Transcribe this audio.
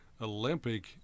Olympic